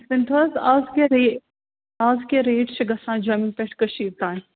تُہۍ ؤنۍتَو حظ اَز کیٛاہ رے اَز کیٛاہ ریٹ چھِ گژھان جوٚمہِ پٮ۪ٹھ کٔشیٖر تانۍ